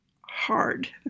hard